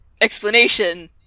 explanation